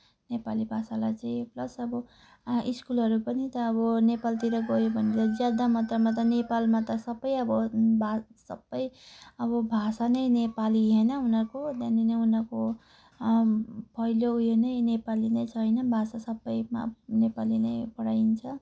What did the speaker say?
नेपाली भाषालाई चाहिँ प्लस अब आ स्कुलहरू पनि त अब नेपालतिर गयो भने त ज्यादा मात्रामा नेपालमा त सबै अब भा सबै अब भाषा नै नेपाली होइन उनीहरूको त्यहाँनिर उनीहरूको पहिलो उयो नै नेपाली नै छ होइन भाषा सबैमा नेपाली नै पढाइन्छ